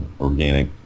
Organic